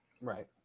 Right